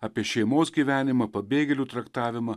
apie šeimos gyvenimą pabėgėlių traktavimą